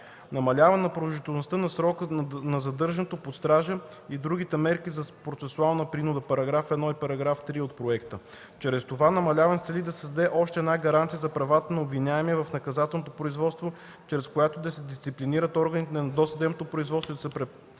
намаляване на продължителността на срока на задържането под стража и другите мерки за процесуална принуда (§ 1 и § 3 от проекта). Чрез това намаляване се цели да се създаде още една гаранция за правата на обвиняемия в наказателното производство, чрез която да се дисциплинират органите на досъдебното производство и да се препятстват